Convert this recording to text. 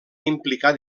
implicar